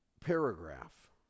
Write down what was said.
paragraph